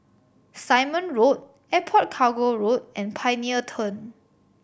Simon Road Airport Cargo Road and Pioneer Turn